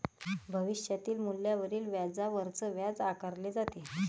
भविष्यातील मूल्यावरील व्याजावरच व्याज आकारले जाते